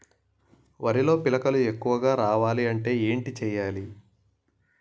వరిలో పిలకలు ఎక్కువుగా రావాలి అంటే ఏంటి చేయాలి?